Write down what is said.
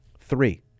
three